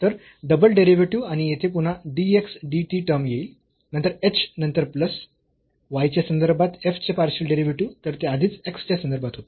तर double derivative आणि येथे पुन्हा dx dt टर्म येईल नंतर h नंतर प्लस y च्या संदर्भात f चे पार्शियल डेरिव्हेटिव्ह तर ते आधीच x च्या संदर्भात होते